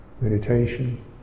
meditation